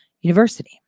University